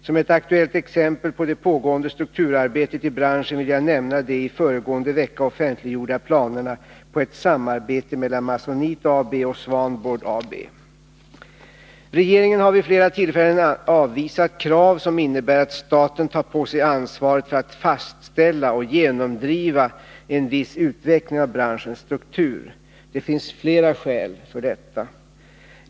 Som ett aktuellt exempel på det pågående strukturarbetet i branschen vill jag nämna de i föregående vecka offentliggjorda planerna på ett samarbete mellan Masonite AB och Swanboard AB. Regeringen har vid flera tillfällen avvisat krav som innebär att staten tar på sig ansvaret för att fastställa och genomdriva en viss utveckling av branschens struktur. Det finns flera skäl för detta.